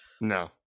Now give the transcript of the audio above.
No